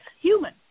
human